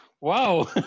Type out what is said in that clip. wow